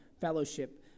fellowship